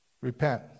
repent